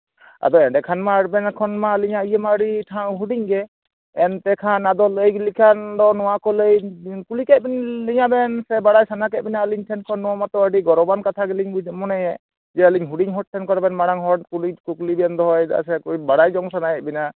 ᱟᱫᱚ ᱮᱸᱰᱮᱠᱷᱟᱱ ᱢᱟ ᱟᱵᱮᱱ ᱮᱠᱷᱚᱱ ᱢᱟ ᱟᱞᱤᱧᱟᱜ ᱤᱭᱟᱹ ᱴᱷᱟᱶ ᱦᱩᱰᱤᱧ ᱜᱮ ᱮᱱᱛᱮᱠᱷᱟᱱ ᱟᱫᱚ ᱞᱟᱹᱭ ᱞᱮᱠᱷᱟᱱ ᱫᱚ ᱱᱚᱣᱟ ᱠᱚᱞᱮ ᱠᱩᱞᱤ ᱠᱮᱫ ᱞᱤᱧᱟᱹ ᱵᱮᱱ ᱥᱮ ᱵᱟᱲᱟᱭ ᱥᱟᱱᱟ ᱠᱮᱫ ᱵᱮᱱᱟ ᱟᱞᱤᱧ ᱴᱷᱮᱱ ᱠᱷᱟᱱ ᱱᱚᱣᱟ ᱢᱟᱛᱚ ᱟᱹᱰᱤ ᱜᱚᱨᱚᱵᱟᱱ ᱠᱟᱛᱷᱟᱞᱤᱧ ᱢᱚᱱᱮᱭᱮᱫ ᱡᱮ ᱟᱞᱤᱧ ᱦᱩᱰᱤᱧ ᱦᱚᱲ ᱴᱷᱮᱱ ᱠᱷᱚᱱ ᱟᱵᱮᱱ ᱢᱟᱲᱟᱝ ᱦᱚᱲ ᱠᱩᱞᱤ ᱠᱩᱠᱞᱤ ᱵᱮᱱ ᱫᱚᱦᱚᱭᱫᱟ ᱥᱮ ᱵᱟᱲᱟᱭ ᱡᱚᱝ ᱥᱟᱱᱟᱭᱮᱫ ᱵᱮᱱᱟ